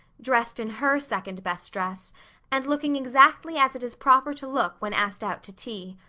dressed in her second-best dress and looking exactly as it is proper to look when asked out to tea.